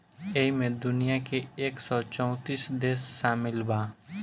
ऐइमे दुनिया के एक सौ चौतीस देश सामिल बा